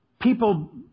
people